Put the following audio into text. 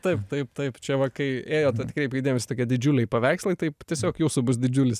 taip taip taip čia va kai ėjot atkreipkit dėmesį tokie didžiuliai paveikslai taip tiesiog jūsų bus didžiulis